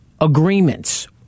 agreements